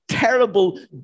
terrible